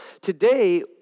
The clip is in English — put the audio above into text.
today